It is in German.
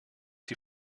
die